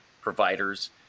providers